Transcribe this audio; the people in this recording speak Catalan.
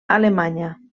alemanya